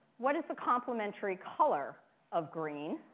what is the complementary color of green?